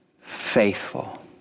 faithful